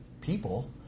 people